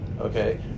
okay